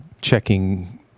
checking